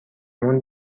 مون